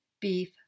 beef